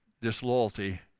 disloyalty